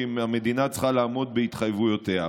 כי המדינה צריכה לעמוד בהתחייבויותיה.